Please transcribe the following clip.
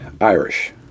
Irish